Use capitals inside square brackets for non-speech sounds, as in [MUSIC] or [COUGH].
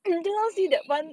[NOISE]